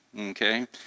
okay